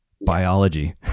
biology